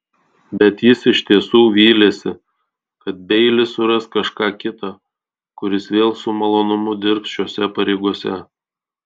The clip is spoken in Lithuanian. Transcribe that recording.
bet jis iš tiesų vylėsi kad beilis suras kažką kitą kuris vėl su malonumu dirbs šiose pareigose